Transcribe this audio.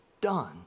done